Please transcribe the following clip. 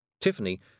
Tiffany